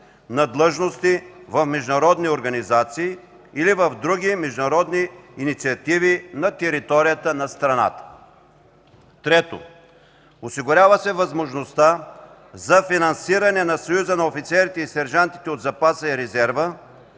на длъжности в международни организации или в други международни инициативи на територията на страната. 3. Осигурява се възможността за финансиране на Съюза на офицерите и сержантите от запаса и резерва,